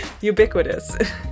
Ubiquitous